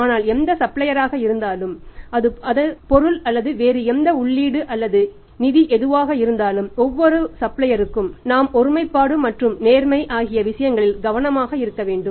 ஆனால் எந்த சப்ளையாராக இருந்தாலும் அது பொருள் அல்லது வேறு எந்த உள்ளீடு அல்லது நிதி எதுவாக இருந்தாலும் ஒவ்வொரு சப்ளையாருக்கும் நாம் ஒருமைப்பாடு மற்றும் நேர்மை ஆகிய விஷயங்களில் கவனமாக இருக்க வேண்டும்